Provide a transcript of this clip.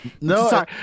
No